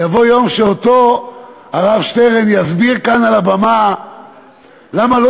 אותו הרב שטרן יסביר כאן על הבמה למה לא